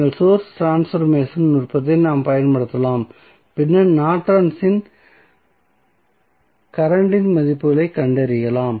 எங்கள் source transformation நுட்பத்தை நாம் பயன்படுத்தலாம் பின்னர் நார்டன்ஸ் கரண்ட் இன் மதிப்புகளைக் கண்டறியலாம்